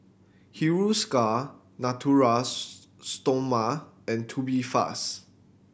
Hiruscar Naturals Stoma and Tubifast